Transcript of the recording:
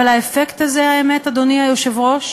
אבל האפקט הזה, האמת, אדוני היושב-ראש,